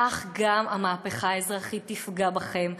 כך גם המהפכה האזרחית תפגע בכם.